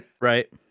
right